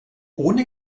ohne